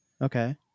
Okay